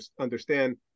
understand